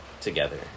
together